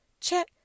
check